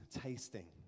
tasting